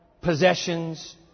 possessions